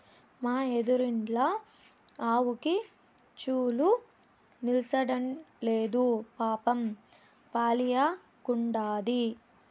మా ఎదురిండ్ల ఆవుకి చూలు నిల్సడంలేదు పాపం పాలియ్యకుండాది